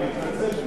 אני מתנצל.